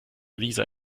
lisa